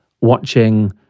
watching